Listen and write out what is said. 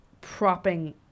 propping